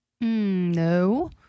No